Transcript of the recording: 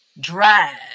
drive